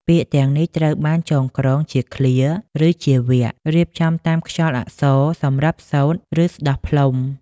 ពាក្យទាំងនេះត្រូវបានចងក្រងជាឃ្លា ឬជាវគ្គ រៀបចំតាមខ្យល់អក្សរ សម្រាប់សូត្រ ឬស្ដោះផ្លុំ។